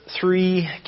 three